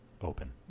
Open